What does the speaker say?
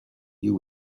you